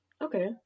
okay